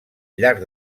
llarg